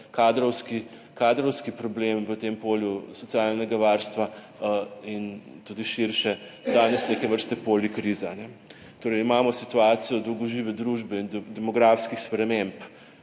kadrovski problem v tem polju socialnega varstva in tudi širše danes neke vrste polikriza. Imamo situacijo dolgožive družbe in demografskih sprememb,